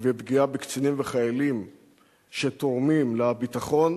ופגיעה בקצינים ובחיילים שתורמים לביטחון,